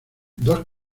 dos